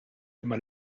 imma